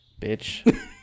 Bitch